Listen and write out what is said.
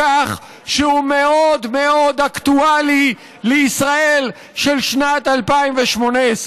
לקח שהוא מאוד מאוד אקטואלי לישראל של שנת 2018,